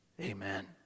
Amen